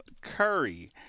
Curry